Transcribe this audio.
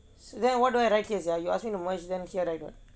then what do I write here sia you ask me to merge them here already [what]